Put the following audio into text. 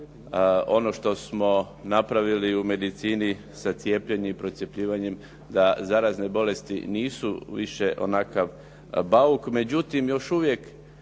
Ono što smo napravili u medicini sa cijepljenjem i procjepljivanjem da zarazne bolesti nisu više onakav bauk, međutim još uvijek